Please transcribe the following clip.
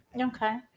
Okay